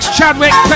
Chadwick